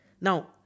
Now